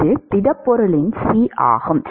இது திடப்பொருளின் C ஆகும்